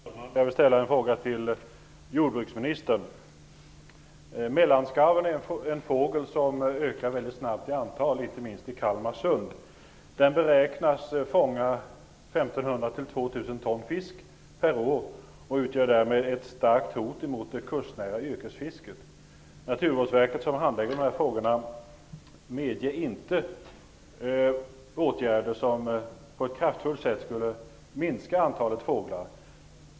Herr talman! Jag vill ställa en fråga till jordbruksministern. Mellanskarven är en fågel som ökar väldigt snabbt i antal inte minst i Kalmarsund. Den beräknas fånga 1 500--2 000 ton fisk per år och utgör därmed ett starkt hot mot det kustnära yrkesfisket. Naturvårdsverket, som handlägger dessa frågor, medger inte åtgärder som på ett kraftfullt sätt skulle minska antalet fåglar.